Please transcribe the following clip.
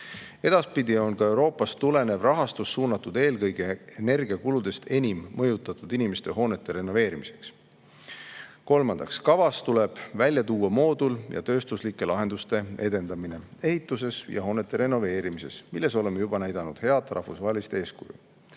Edaspidi on ka Euroopast tulenev rahastus suunatud eelkõige energiakuludest enim mõjutatud inimeste hoonete renoveerimiseks. Kolmandaks, kavas tuleb välja tuua moodul‑ ja tööstuslike lahenduste edendamine ehituses ja hoonete renoveerimises, milles oleme juba näidanud head rahvusvahelist eeskuju.